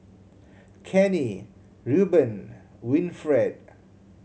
Kenney Rueben Winfred